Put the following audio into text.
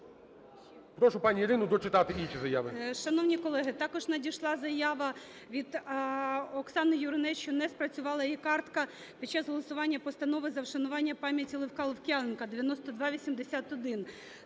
Прошу пані Ірину дочитати інші заяви.